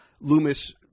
Loomis –